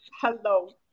Hello